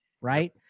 right